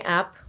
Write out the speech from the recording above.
app